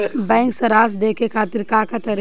Bank सराश देखे खातिर का का तरीका बा?